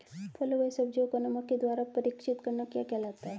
फलों व सब्जियों को नमक के द्वारा परीक्षित करना क्या कहलाता है?